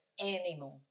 anymore